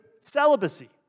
celibacy